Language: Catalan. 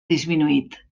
disminuït